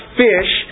fish